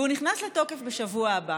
והוא נכנס לתוקף בשבוע הבא.